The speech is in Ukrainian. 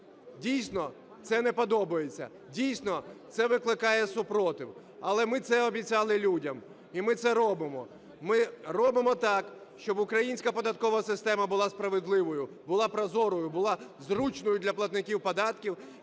Дійсно, це не подобається. Дійсно, це викликає супротив. Але ми це обіцяли людям. І ми це робимо. Ми робимо так, щоб українська податкова система була справедливою, була прозорою, була зручною для платників податків